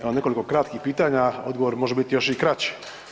Evo nekoliko kratkih pitanje, odgovor može biti još i kraći.